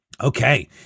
Okay